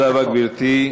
תודה רבה, גברתי.